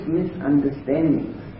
misunderstandings